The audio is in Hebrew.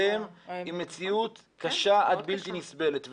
עליהם היא מציאות קשה עד בלתי נסבלת.